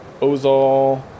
Ozol